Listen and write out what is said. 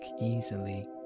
easily